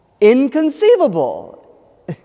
Inconceivable